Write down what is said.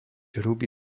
hrubý